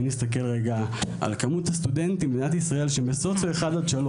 אם נסתכל על כמות הסטודנטים במדינת ישראל שהם בסוציו 1 עד 3,